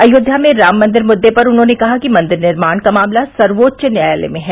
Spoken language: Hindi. अयोध्या में राम मंदिर मुद्दे पर उन्होंने कहा कि मन्दिर निर्माण का मामला सर्वोच्च न्यायालय में है